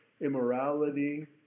immorality